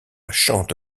chante